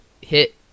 hit